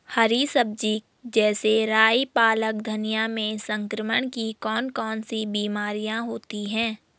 हरी सब्जी जैसे राई पालक धनिया में संक्रमण की कौन कौन सी बीमारियां होती हैं?